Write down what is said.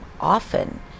often